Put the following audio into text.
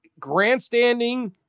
grandstanding